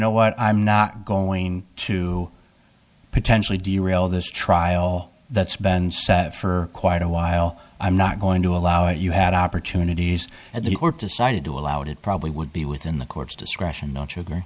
know what i'm not going to potentially do you real this trial that's been set for quite a while i'm not going to allow it you had opportunities at the court decided to allow it it probably would be within the court's discretion don't you agree